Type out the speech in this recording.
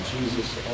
Jesus